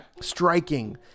Striking